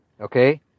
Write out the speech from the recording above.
Okay